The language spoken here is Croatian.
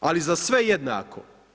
Ali za sve jednako.